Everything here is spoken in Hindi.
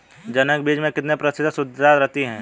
जनक बीज में कितने प्रतिशत शुद्धता रहती है?